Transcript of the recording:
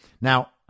Now